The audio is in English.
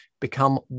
become